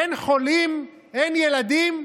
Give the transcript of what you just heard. אין חולים, אין ילדים?